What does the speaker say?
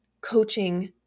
coaching